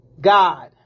god